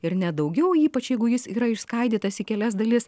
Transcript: ir ne daugiau ypač jeigu jis yra išskaidytas į kelias dalis